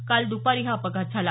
काल द्पारी हा अपघात झाला